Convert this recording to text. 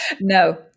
no